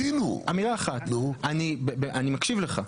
אני מקשיב לך,